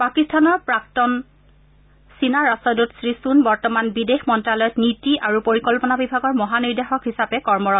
পাকিস্তানৰ প্ৰাক্তন চীনা ৰাষ্টদূত শ্ৰীচুন্ বৰ্ত্তমান বিদেশ মন্ত্ৰালয়ত নীতি আৰু পৰিকল্পনা বিভাগৰ মহানিৰ্দেশক হিচাপে কৰ্মৰত